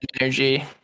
energy